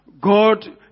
God